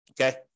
Okay